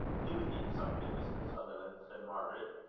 do eat something, mr. sutherland, said margaret.